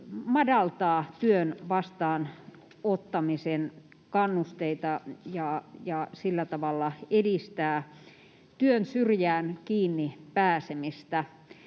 madaltaa työn vastaanottamisen kannusteita ja sillä tavalla edistää työn syrjään kiinni pääsemistä,